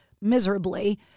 miserably